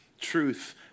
truth